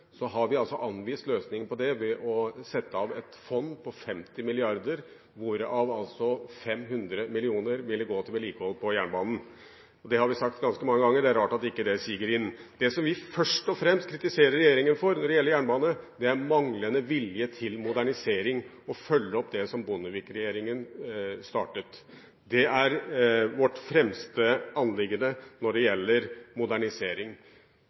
så det at man klarer å kritisere det, syns jeg er ganske oppsiktsvekkende. Når vi sier at vi ikke er fornøyd med vedlikeholdsbudsjettet, har vi altså anvist en løsning på det ved å sette av et fond på 50 mrd. kr, hvorav altså 500 mill. kr ville gå til vedlikehold på jernbanen. Det har vi sagt ganske mange ganger, så det er rart at det ikke siger inn. Det som vi først og fremst kritiserer regjeringen for når det gjelder jernbane, er manglende vilje til modernisering og å følge opp